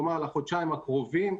כלומר החודשיים הקרובים,